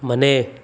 ಮನೆ